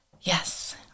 Yes